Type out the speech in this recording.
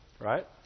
right